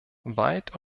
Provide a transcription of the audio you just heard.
weit